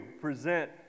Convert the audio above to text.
present